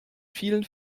vielen